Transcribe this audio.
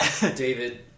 David